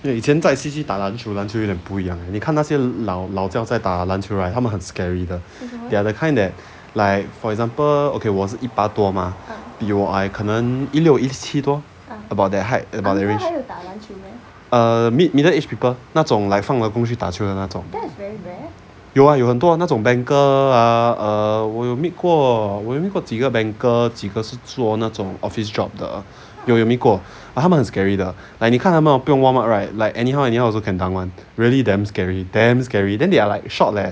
对现在 C_C 打篮球篮球有点不一样你看那些老老 jiao 在打篮球 right 他们很 scary 的 they are the kind that like for example okay 我是一八多吗比我矮可能一六一七多 about that height about that range err mid middle aged people 那种 like 放了工去打球的那种有 ah 有很多那种 banker ah err 我有 meet 过我有 meet 过几个 banker 几个是做那种 office job 的他们很 scary 的 like 你看他们不用 warmup right like anyhow anyhow also can dunk really damn scary damn scary then they are like short leh